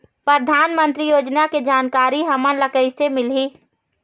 परधानमंतरी योजना के जानकारी हमन ल कइसे मिलही?